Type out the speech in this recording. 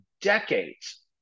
decades